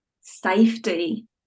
safety